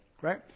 right